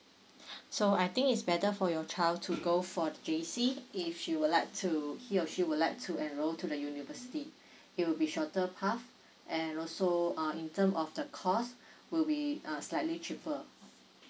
so I think it's better for your child to go for J_C if she would like to he or she would like to enroll to the university it will be shorter path and also uh in term of the course will be uh slightly cheaper